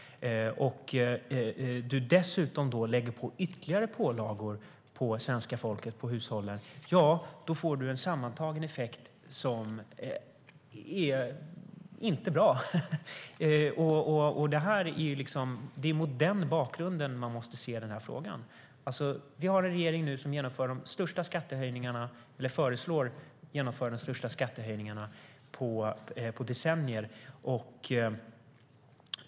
Om man dessutom lägger på ytterligare pålagor på svenska folket och hushållen får man en sammantagen effekt som inte är bra. Det är mot denna bakgrund man måste se frågan. Vi har en regering som föreslår genomförande av de största skattehöjningarna på decennier.